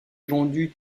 vendu